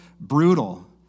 brutal